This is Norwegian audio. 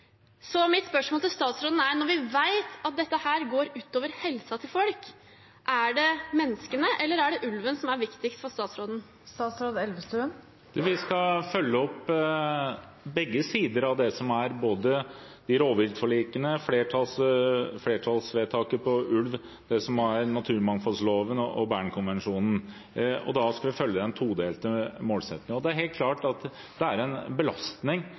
Når vi vet at dette går ut over helsen til folk, er mitt spørsmål til statsråden: Er det menneskene eller ulven som er viktigst for statsråden? Vi skal følge opp begge sider av dette, både rovviltforlikene, flertallsvedtaket om ulv, og det som står i naturmangfoldloven og Bernkonvensjonen. Da skal vi følge den todelte målsettingen. Det er helt klart at det er en belastning